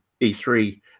e3